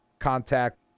contact